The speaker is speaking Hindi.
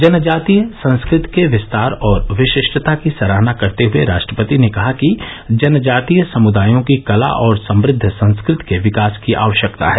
जनजातीय संस्कृति के विस्तार और विशिष्टता की सराहना करते हए राष्ट्रपति ने कहा कि जनजातीय समृदायों की कला और समृद्द संस्कृति के विकास की आवश्यकता है